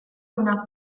una